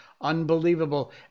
Unbelievable